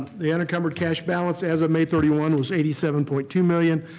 the unencumbered cash balance as of may thirty one was eighty seven point two million